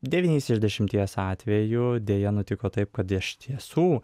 devyniais iš dešimties atvejų deja nutiko taip kad ištiesų